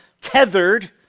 tethered